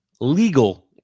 legal